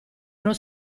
uno